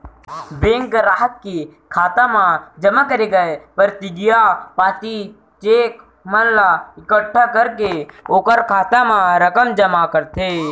bank गराहक के खाता म जमा करे गय परतिगिया पाती, चेक मन ला एकट्ठा करके ओकर खाता म रकम जमा करथे